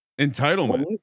entitlement